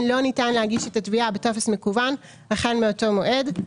לא ניתן להגיש את התביעה בטופס מקוון החל מאותו מועד,